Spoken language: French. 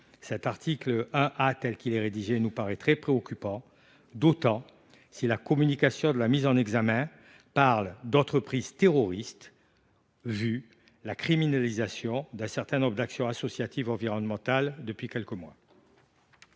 rédaction actuelle, nous paraît très préoccupant, surtout si la communication de la mise en examen parle d’entreprise terroriste, compte tenu de la criminalisation d’un certain nombre d’actions associatives environnementales depuis quelques mois.